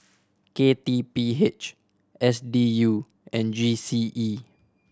K T P H S D U and G C E